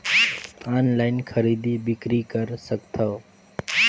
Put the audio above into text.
Online खरीदी बिक्री कर सकथव?